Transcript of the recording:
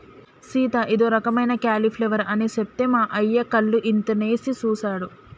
సీత ఇదో రకమైన క్యాలీఫ్లవర్ అని సెప్తే మా అయ్య కళ్ళు ఇంతనేసి సుసాడు